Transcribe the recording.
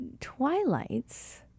twilights